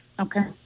Okay